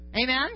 Amen